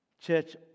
Church